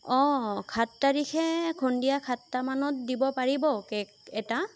অঁ সাত তাৰিখে সন্ধিয়া সাতটামানত দিব পাৰিব কেক এটা